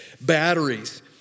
batteries